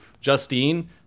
Justine